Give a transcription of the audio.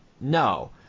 No